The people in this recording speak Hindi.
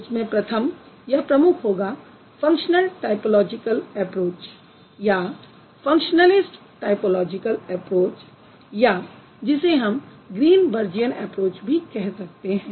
इसमें प्रथम या प्रमुख होगा फंक्शनल टायपोलॉजिकल एप्रोच या फंक्शनलिस्ट टायपोलॉजिकल एप्रोच या जिसे हम ग्रीनबर्जियन एप्रोच भी कह सकते हैं